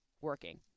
working